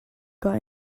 got